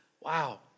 Wow